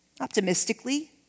optimistically